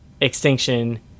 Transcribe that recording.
extinction